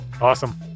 awesome